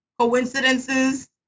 coincidences